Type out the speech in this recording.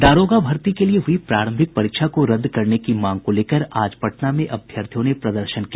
दारोगा भर्ती के लिये हुई प्रारंभिक परीक्षा को रद्द करने की मांग को लेकर आज पटना में अभ्यर्थियों ने प्रदर्शन किया